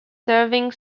serving